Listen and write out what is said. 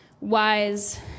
wise